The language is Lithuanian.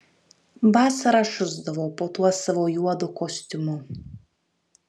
vasarą šusdavo po tuo savo juodu kostiumu